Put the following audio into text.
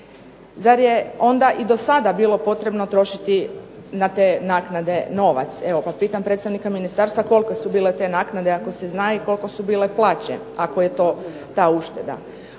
Zar je onda i do sada bilo potrebno trošiti na te naknade novac, evo pa pitam predstavnika ministarstva kolike su bile te naknade ako se zna i kolike su bile plaće ako je to ta ušteda.